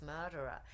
murderer